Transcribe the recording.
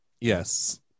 Yes